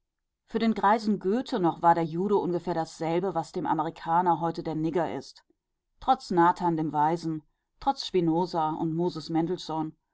für den greisen goethe noch war der jude ungefähr dasselbe was dem amerikaner heute der nigger ist trotz nathan dem weisen trotz spinoza und moses